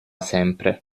sempre